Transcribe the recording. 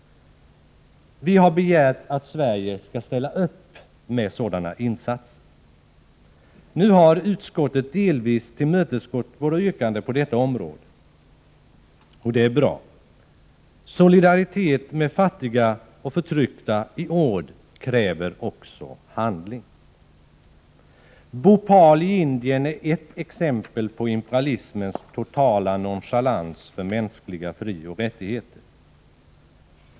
Vi har begärt att Sverige skall ställa upp med sådana insatser. Nu har utskottet delvis tillmötesgått våra yrkanden på detta område, och det är bra. Solidaritet med fattiga och förtryckta i ord kräver också handling. Bhopal i Indien är ett exempel på imperialismens totala nonchalans för mänskliga frioch rättigheter.